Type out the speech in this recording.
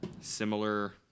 similar